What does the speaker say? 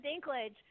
Dinklage